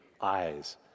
eyes